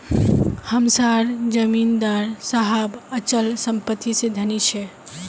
हम सार जमीदार साहब अचल संपत्ति से धनी छे